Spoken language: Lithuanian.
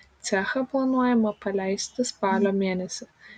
cechą planuojama paleisti spalio mėnesį